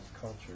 culture